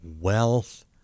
wealth